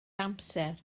amser